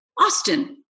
Austin